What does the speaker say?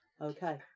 Okay